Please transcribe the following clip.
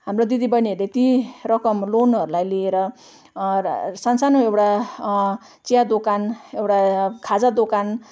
हाम्रो दिदीबहिनीहरूले ती रकम लोनहरूलाई लिएर सानो सानो एउटा चिया दोकान एउटा खाजा दोकान